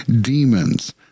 demons